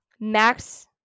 max